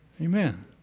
Amen